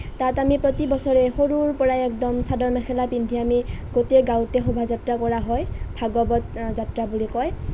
তাত আমি প্ৰতি বছৰে সৰুৰৰ পৰাই এদকম চাদৰ মেখেলা পিন্ধি আমি গোটেই গাঁৱতে শোভাযাত্ৰা কৰা হয় ভাগৱত যাত্ৰা বুলি কয়